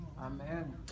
Amen